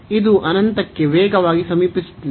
ಇದು ಅನಂತಕ್ಕೆ ವೇಗವಾಗಿ ಸಮೀಪಿಸುತ್ತಿದೆ